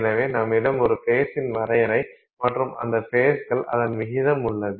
எனவே நம்மிடம் ஒரு ஃபேஸின் வரையறை மற்றும் அந்த ஃபேஸ்கள் அதன் விகிதம் உள்ளது